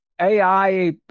AI